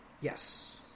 Yes